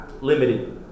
limited